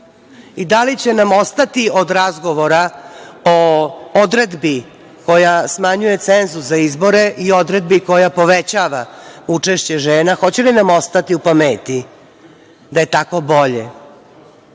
i da li će nam ostati od razgovora o odredbi koja smanjuje cenzus za izbore i odredbi koja povećava učešće žena, hoće li nam ostati u pameti da je tako bolje?